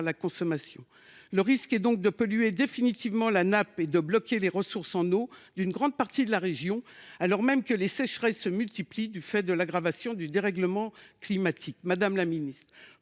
la consommation. Le risque est donc de polluer définitivement la nappe et de bloquer les ressources en eau d’une grande partie de la région alors même que les sécheresses se multiplient du fait de l’aggravation du dérèglement climatique. Madame la ministre,